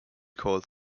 called